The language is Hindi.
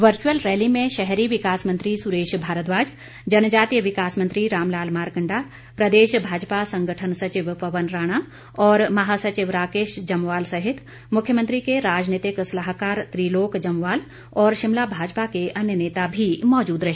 वर्चअल रैली में शहरी विकास मंत्री सुरेश भारद्वाज जनजातीय विकास मंत्री रामलाल मारकंडा प्रदेश भाजपा संगठन सचिव पवन राणा और महासचिव राकेश जम्वाल सहित मुख्यमंत्री के राजनीतिक सलाहकार त्रिलोक जम्वाल और शिमला भाजपा के अन्य नेता भी मौजूद रहे